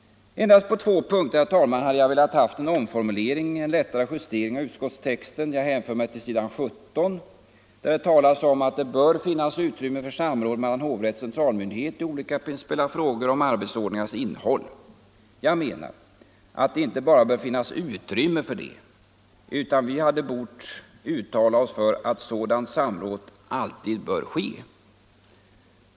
Endast på två punkter, herr talman, hade jag velat ha en omformulering, en lättare justering av utskottstexten. Jag hänvisar till s. 17 där det talas om att det bör finnas utrymme för samråd mellan hovrätt och centralmyndigheten i olika principiella frågor om arbetsordningarnas innehåll. Jag menar att det inte bara bör finnas utrymme härför, utan att vi bort uttala oss för att ett sådant samråd alltid bör ske.